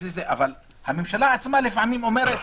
אבל הממשלה עצמה לפעמים אומרת